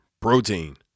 protein